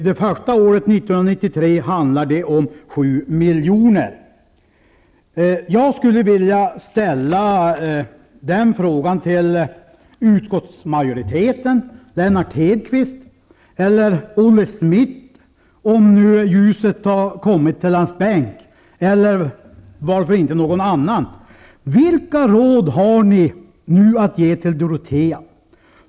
Det första året, 1993, handlar det om 7 Jag skulle vilja ställa den frågan till utskottsmajoriteten, Lennart Hedquist, eller Olle Schmidt, om nu ljuset har kommit till hans bänk, eller varför inte någon annan: Vilka råd har ni nu att ge till Dorotea?